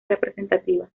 representativas